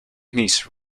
niece